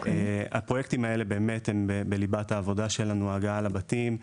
הפרויקטים האלה הם בליבת העבודה שלנו ההגעה לבתים,